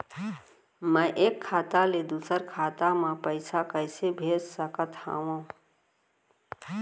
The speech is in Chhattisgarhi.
मैं एक खाता ले दूसर खाता मा पइसा कइसे भेज सकत हओं?